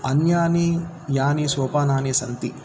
अन्यानि यानि सोपानानि सन्ति